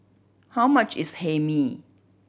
how much is Hae Mee